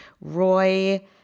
Roy